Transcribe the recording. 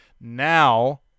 Now